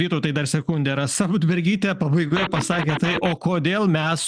vytautai dar sekunde rasa budbergytė pabaigoje pasakė tai o kodėl mes